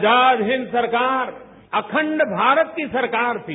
आजाद हिंद सरकार अखंड भारत की सरकार थी